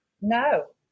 No